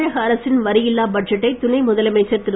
தமிழக அரசின் வரியில்லா பட்ஜெட்டை துணை முதலமைச்சர் திரு